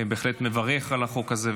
אני בהחלט מברך על החוק הזה.